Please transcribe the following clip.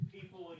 people